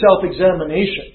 self-examination